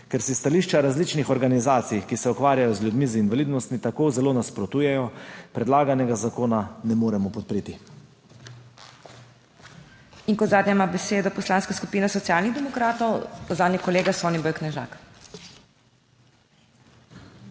Ker si stališča različnih organizacij, ki se ukvarjajo z ljudmi z invalidnostmi, tako zelo nasprotujejo, predlaganega zakona ne moremo podpreti. **PODPREDSEDNICA MAG. MEIRA HOT:** Kot zadnja ima besedo Poslanska skupina Socialnih demokratov, zanjo kolega Soniboj Knežak.